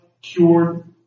cured